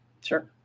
sure